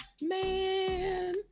man